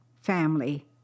family